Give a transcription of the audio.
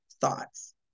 thoughts